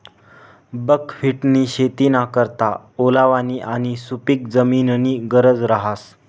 बकव्हिटनी शेतीना करता ओलावानी आणि सुपिक जमीननी गरज रहास